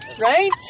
right